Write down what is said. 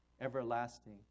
everlasting